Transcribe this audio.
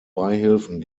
beihilfen